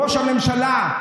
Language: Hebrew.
ראש הממשלה,